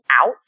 out